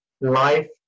life